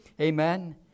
Amen